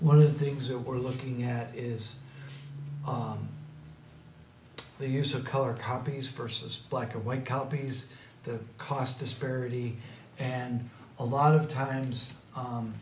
one of the things that we're looking at is the use of color copies first as black or white copies the cost disparity and a lot of times